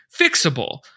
fixable